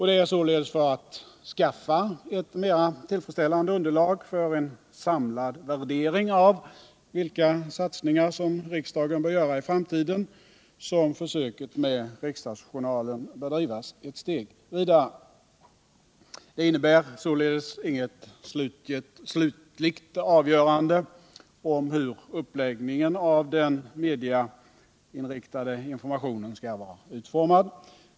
Det är således för att skaffa ett mera tillfredsställande underlag för en samlad värdering av vilka satsningar som riksdagen bör göra i framtiden som försöket med riksdagsjournalen bör drivas ett steg vidare. Det innebär inget slutligt avgörande om hur uppläggningen av den mediainriktade informationen skall vara utformad.